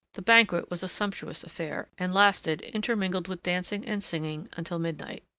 the banquet was a sumptuous affair, and lasted, intermingled with dancing and singing, until midnight.